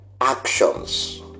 actions